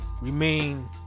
remain